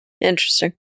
Interesting